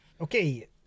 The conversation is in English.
okay